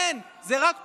אין, זה רק פה.